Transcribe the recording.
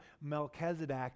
Melchizedek